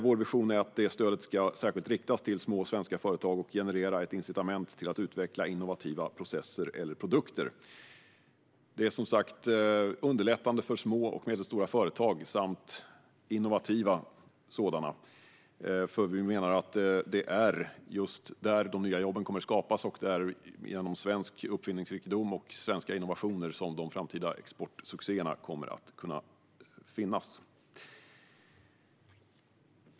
Vår vision är att stödet särskilt ska riktas till små och svenska företag och generera ett incitament till att utveckla innovativa processer eller produkter. Det underlättar för små och medelstora företag samt innovativa sådana. Vi menar att det är just där de nya jobben kommer att skapas och därigenom svensk uppfinningsrikedom. Och det är där svenska innovationer som ger de framtida exportsuccéerna kommer att finnas.